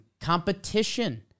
competition